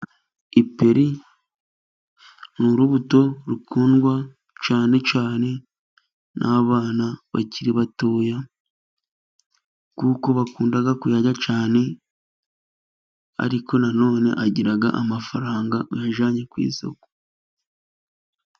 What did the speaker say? Iperi n'urubuto rukundwa cyane cyane n'abana bakiri batoya, kuko bakunda kurya cyane. Ariko nanone agira amafaranga iyo uyajyanye ku isoko.